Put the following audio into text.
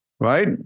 Right